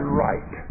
right